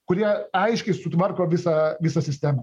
kurie aiškiai sutvarko visą visą sistemą